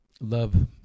love